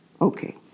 Okay